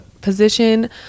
position